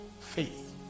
faith